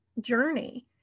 journey